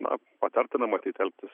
na patartina matyt elgtis